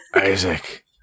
Isaac